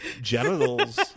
genitals